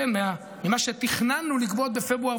ממה שתכננו לגבות בפברואר,